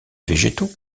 végétaux